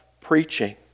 preaching